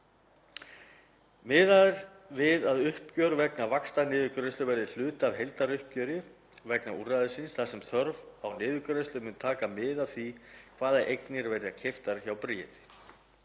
er við að uppgjör vegna vaxtaniðurgreiðslu verði hluti af heildaruppgjöri vegna úrræðisins þar sem þörf á niðurgreiðslu mun taka mið af því hvaða eignir verða keyptar hjá Bríeti.